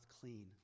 clean